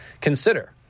Consider